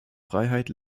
freiheit